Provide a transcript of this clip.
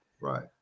Right